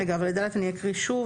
רגע, אז את (ד) אני אקריא שוב.